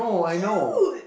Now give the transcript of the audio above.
dude